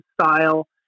style